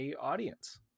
audience